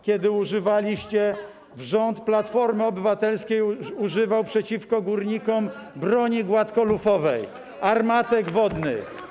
kiedy używaliście, rząd Platformy Obywatelskiej używał przeciwko górnikom broni gładkolufowej, armatek wodnych.